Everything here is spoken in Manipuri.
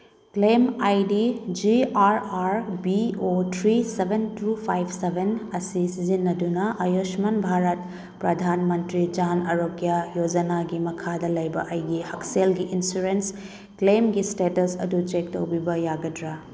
ꯀ꯭ꯂꯦꯝ ꯑꯥꯏ ꯗꯤꯒꯤ R R B O three seven two five seven ꯑꯁꯤ ꯁꯤꯖꯤꯟꯅꯗꯨꯅ ꯑꯌꯨꯁꯃꯥꯟ ꯚꯥꯔꯠ ꯄ꯭ꯔꯙꯥꯟ ꯃꯟꯇ꯭ꯔꯤ ꯖꯥꯟ ꯑꯔꯣꯖ꯭ꯌꯥ ꯌꯣꯖꯅꯥꯒꯤ ꯃꯈꯥꯗ ꯂꯩꯕ ꯑꯩꯒꯤ ꯍꯛꯁꯦꯜꯒꯤ ꯏꯟꯁꯨꯔꯦꯟꯁ ꯀ꯭ꯂꯦꯝꯒꯤ ꯏꯁꯇꯦꯇꯁ ꯑꯗꯨ ꯆꯦꯛ ꯇꯧꯕꯤꯕ ꯌꯥꯒꯗ꯭ꯔꯥ